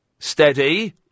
Steady